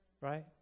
Right